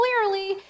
clearly